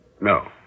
No